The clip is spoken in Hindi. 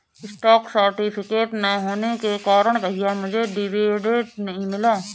स्टॉक सर्टिफिकेट ना होने के कारण भैया मुझे डिविडेंड नहीं मिला